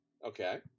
okay